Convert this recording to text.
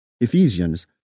Ephesians